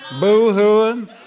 boo-hooing